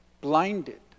blinded